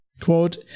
Quote